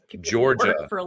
Georgia